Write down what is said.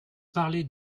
parlez